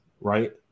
right